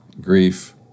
grief